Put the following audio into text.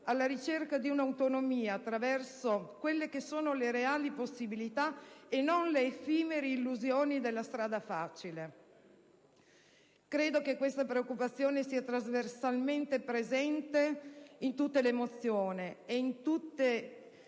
alla ricerca di un'autonomia attraverso le reali possibilità e non le effimere illusioni della strada facile. Credo che tale preoccupazione sia trasversalmente presente in tutte le mozioni e in tutte le